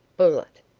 bullet.